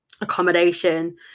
accommodation